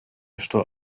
что